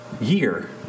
year